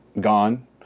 gone